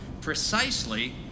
precisely